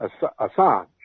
Assange